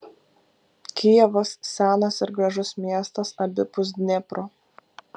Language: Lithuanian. kijevas senas ir gražus miestas abipus dniepro